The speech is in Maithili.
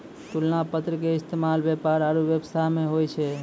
तुलना पत्र के इस्तेमाल व्यापार आरु व्यवसाय मे होय छै